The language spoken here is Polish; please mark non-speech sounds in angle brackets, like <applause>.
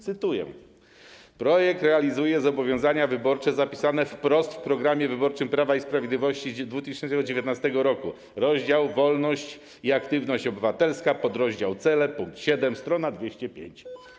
Cytuję: Projekt realizuje zobowiązanie wyborze zapisane wprost <noise> w programie wyborczym Prawa i Sprawiedliwości z 2019 r. - rozdział „Wolność i aktywność obywatelska”, podrozdział „Cele”, pkt 7, s. 205.